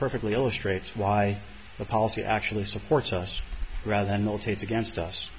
perfectly illustrates why the policy actually supports us rather than militates against us